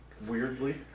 weirdly